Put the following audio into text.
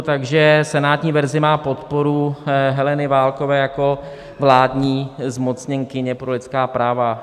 Takže senátní verze má podporu Heleny Válkové jako vládní zmocněnkyně pro lidská práva.